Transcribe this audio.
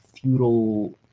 feudal